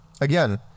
Again